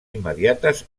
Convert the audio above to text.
immediates